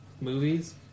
movies